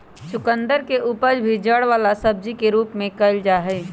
चुकंदर के उपज भी जड़ वाला सब्जी के रूप में कइल जाहई